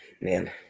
Man